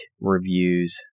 reviews